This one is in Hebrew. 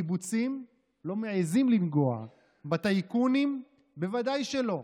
בקיבוצים לא מעיזים לנגוע, בטייקונים בוודאי שלא,